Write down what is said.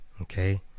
okay